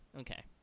Okay